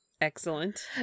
excellent